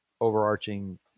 overarching